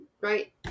right